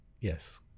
Yes